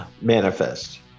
Manifest